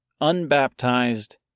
unbaptized